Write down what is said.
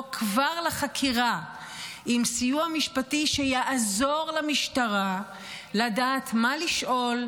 כבר לחקירה עם סיוע משפטי שיעזור למשטרה לדעת מה לשאול,